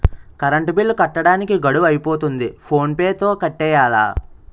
current bill కట్టడానికి గడువు అయిపోతంది ఫోన్ పే తో కట్టియ్యాల